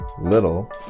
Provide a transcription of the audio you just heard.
little